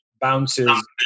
bounces